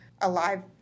alive